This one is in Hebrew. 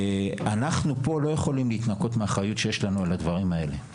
אנחנו פה לא יכולים להתנקות מהאחריות שיש לנו על הדברים האלה.